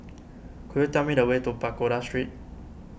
could you tell me the way to Pagoda Street